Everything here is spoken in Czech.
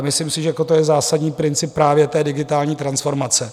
Myslím si, že to je zásadní princip právě digitální transformace.